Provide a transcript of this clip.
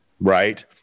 Right